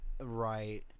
right